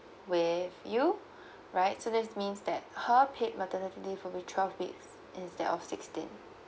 with you right so that's means that her paid maternity leave will be twelve weeks instead of sixteen